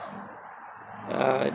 uh